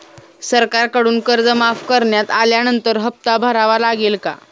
सरकारकडून कर्ज माफ करण्यात आल्यानंतर हप्ता भरावा लागेल का?